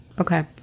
Okay